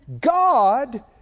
God